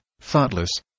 thoughtless